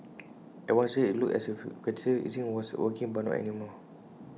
at one stage IT looked as if quantitative easing was working but not any more